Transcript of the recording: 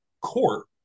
court